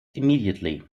immediately